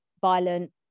violent